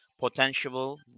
potential